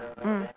mm